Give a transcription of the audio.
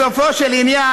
בסופו של עניין,